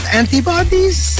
antibodies